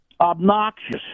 Obnoxious